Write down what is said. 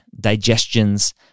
digestions